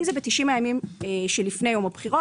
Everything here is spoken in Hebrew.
אם זה ב-90 הימים שלפני יום הבחירות.